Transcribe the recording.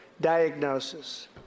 diagnosis